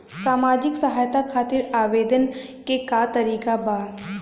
सामाजिक सहायता खातिर आवेदन के का तरीका बा?